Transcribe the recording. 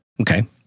Okay